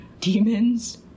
demons